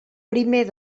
primer